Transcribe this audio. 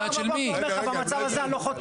אם הוא היה יודע אז הוא היה אומר שבמצב הזה הוא לא חותם.